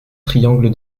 triangle